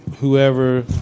whoever